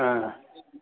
हा